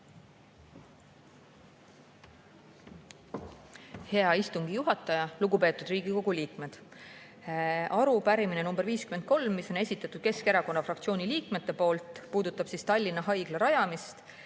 Hea istungi juhataja! Lugupeetud Riigikogu liikmed! Arupärimine nr 53, mille on esitanud Keskerakonna fraktsiooni liikmed, puudutab Tallinna Haigla rajamist.